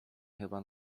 chyba